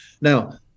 Now